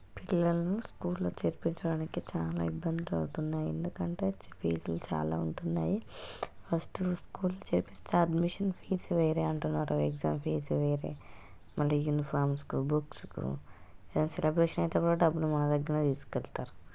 పిల్లలను స్కూళ్ళో చేర్పించడానికి చాలా ఇబ్బందులు అవుతున్నాయి ఎందుకు అంటే ఫీజులు చాలా ఉంటున్నాయి ఫస్ట్ స్కూలు చేర్పిస్తే అడ్మిషన్ ఫీజు వేరే అంటున్నారు ఎగ్జామ్ ఫీజు వేరే మళ్ళీ యూనిఫామ్స్కు బుక్స్కు ఏదైనా సెలబ్రేషన్ అయితే కూడా డబ్బులు మా దగ్గరనే తీసుకెళ్తారు